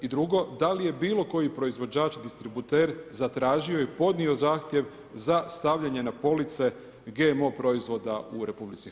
I drugo, da li je bilo koji proizvođač, distributer zatražio i podnio zahtjev za stavljanje na police GMO proizvoda u RH?